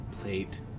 plate